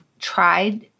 tried